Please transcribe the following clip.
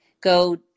go